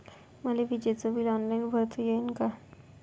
मले विजेच bill online भरता येईन का?